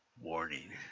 warning